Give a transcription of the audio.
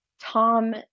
Tom